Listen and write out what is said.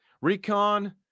Recon